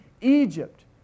Egypt